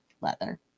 leather